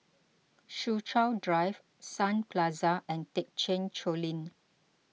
Soo Chow Drive Sun Plaza and thekchen Choling